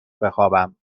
بخوابم